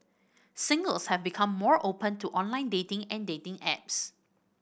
singles have become more open to online dating and dating apps